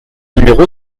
numéro